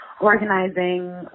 organizing